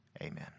amen